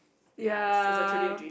ya